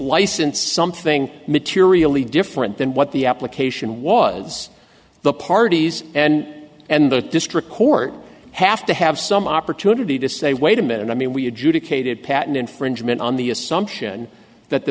license something materially different than what the application was the parties and and the district court have to have some opportunity to say wait a minute i mean we adjudicated patent infringement on the assumption that the